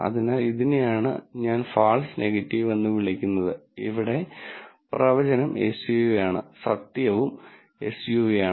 അതിനാൽ ഇതിനെയാണ് ഞാൻ ഫാൾസ് നെഗറ്റീവ് എന്ന് വിളിക്കുന്നത് ഇവിടെ പ്രവചനം എസ്യുവിയാണ് സത്യവും എസ്യുവിയാണ്